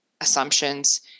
assumptions